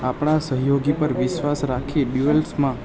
આપણાં સહિયોગી પર વિશ્વાસ રાખી ડ્યુઅલ્સમાં